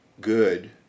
good